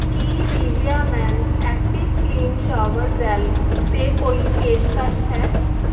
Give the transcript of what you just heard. ਕੀ Nivea men active clean shower gel 'ਤੇ ਕੋਈ ਪੇਸ਼ਕਸ਼ ਹੈ